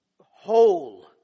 Whole